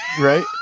Right